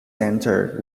centre